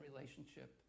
relationship